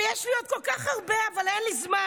ויש לי עוד כל כך הרבה, אבל אין לי זמן.